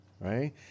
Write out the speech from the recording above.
right